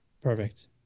Perfect